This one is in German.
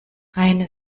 eine